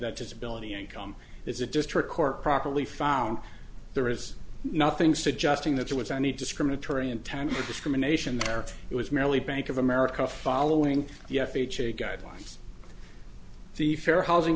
that disability income is a district court properly found there is nothing suggesting that there was any discriminatory intent or discrimination there it was merely bank of america following the f h a guidelines the fair housing